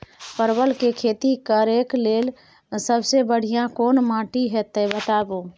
परवल के खेती करेक लैल सबसे बढ़िया कोन माटी होते बताबू?